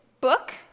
book